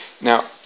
Now